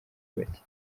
bake